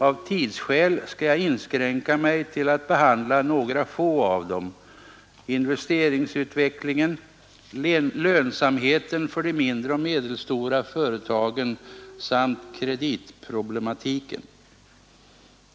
Av tidsskäl skall jag inskränka mig till att behandla några få av dem: investeringsutvecklingen, lönsamheten för de mindre och medelsto ra företagen samt kreditproblematiken.